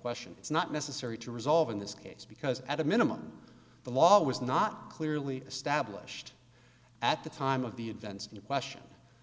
question it's not necessary to resolve in this case because at a minimum the law was not clearly established at the time of the events in the question